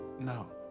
No